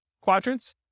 quadrants